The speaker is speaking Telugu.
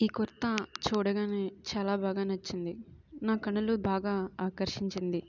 ఈ కుర్తా చూడగానే చాలా బాగా నచ్చింది నా కళ్ళు బాగా ఆకర్షించింది